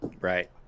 right